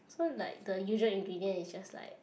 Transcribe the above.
so like the usual ingredient is just like